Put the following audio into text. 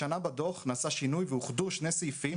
השנה בדוח נעשה שינוי ואוחדו שני סעיפים,